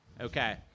Okay